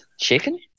chicken